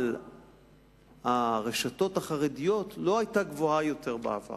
על הרשתות החרדיות לא היתה גבוהה יותר בעבר.